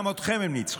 גם אתכם הם ניצחו.